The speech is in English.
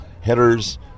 headers